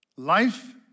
Life